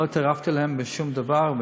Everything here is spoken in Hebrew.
לא התערבתי להם בשום דבר,